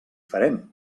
farem